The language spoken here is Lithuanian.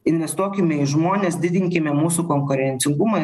investuokime į žmones didinkime mūsų konkurencingumą